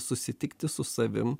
susitikti su savim